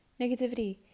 negativity